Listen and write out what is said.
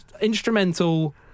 instrumental